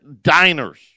diners